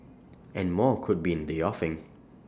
and more could be in the offing